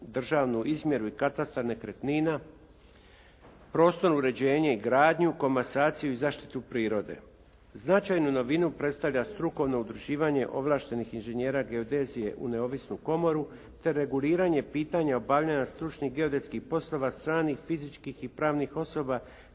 državnu izmjeru i katastar nekretnina, prostorno uređenje i gradnju, komasaciju i zaštitu prirode. Značajnu novinu predstavlja strukovno udruživanje ovlaštenih inženjera geodezije u neovisnu komoru, te reguliranje pitanja obavljanja stručnih geodetskih poslova stranih fizičkih i pravnih osoba